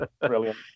Brilliant